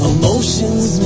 emotions